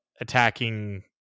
attacking